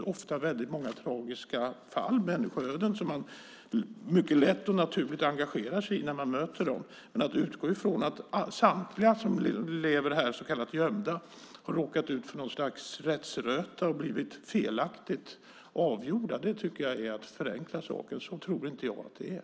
Det är naturligtvis ofta många tragiska människoöden som man lätt engagerar sig i när man möter dem, men att utgå från att alla som lever här som så kallat gömda har råkat ut för rättsröta och fått sina ärenden felaktigt avgjorda är att förenkla saken. Så tror jag inte att det är.